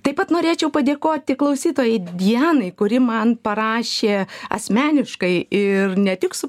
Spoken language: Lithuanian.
taip pat norėčiau padėkoti klausytojai dianai kuri man parašė asmeniškai ir ne tik su